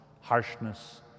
harshness